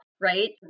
Right